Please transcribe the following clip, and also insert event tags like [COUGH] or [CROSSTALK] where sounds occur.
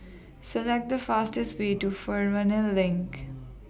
[NOISE] Select The fastest Way to Fernvale LINK